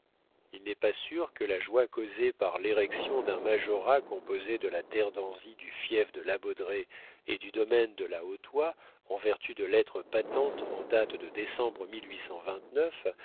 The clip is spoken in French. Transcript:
il n'est pas sûr que la joie causée par l'érection d'un majorat composé de la terre d'anzy du fief de la baudraye et du domaine de la hautoy en vertu de lettres patentes en date de décembre